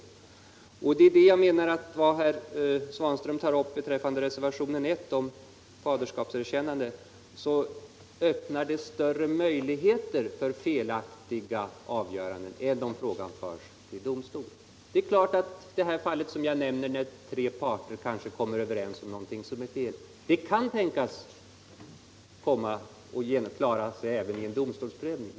Beträffande reservationen I om faderskapserkännandet, som herr Svanström berörde, vill jag säga att majoritetens förslag ändå öppnar större möjligheter för felaktiga avgöranden än reservanternas väg. Det är klart att fallet som jag nämnde, med tre parter som kommer överens om någonting som är fel, kan tänkas klara sig även vid en domstolsprövning.